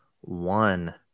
one